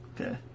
okay